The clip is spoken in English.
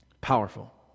Powerful